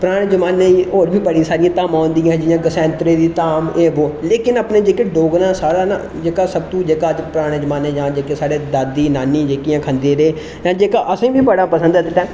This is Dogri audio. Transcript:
पराने जमानें और बी बड़ी सारियां धामां होंदियां जियां सैतंरे दी धाम ऐ बो लेकिन अपने जेह्के डोगरे लोक ना साढ़ा ना जेह्का सब तू जेहका हून पराने जमाने साढ़े दादी नानी जेह्कियां खंदे रेह जेह्का असें गी बी बड़ा पसंद ऐ जित्थै